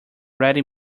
ready